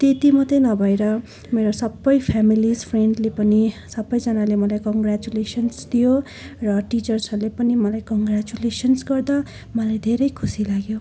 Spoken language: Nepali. त्यति मात्रै नभएर मेरो सबै फ्यामिलिस फ्रेन्डले पनि सबैजनाले मलाई कङ्ग्राचुलेसन्स दियो र टिचर्सहरूले पनि मलाई कङ्ग्राचुलेसन्स गर्दा मलाई धेरै खुसी लाग्यो